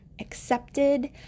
accepted